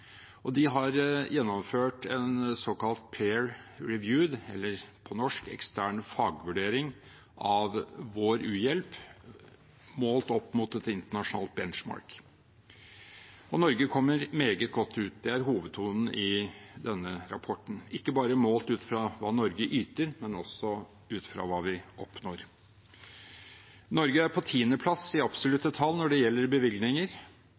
De har gjennomført en såkalt «peer review», eller på norsk en ekstern fagvurdering, av vår u-hjelp, målt opp mot et internasjonalt benchmark. Norge kommer meget godt ut – det er hovedtonen i denne rapporten – ikke bare målt ut fra hva Norge yter, men også ut fra hva vi oppnår. Norge er på tiendeplass i absolutte tall når det gjelder bevilgninger,